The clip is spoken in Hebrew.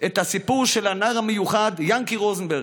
את הסיפור של הנער המיוחד יענקי רוזנברג,